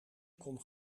kon